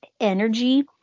energy